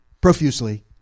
profusely